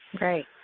Right